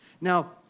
Now